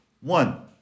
One